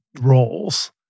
roles